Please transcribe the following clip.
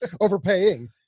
overpaying